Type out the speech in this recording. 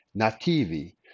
nativi